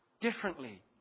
differently